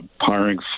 hiring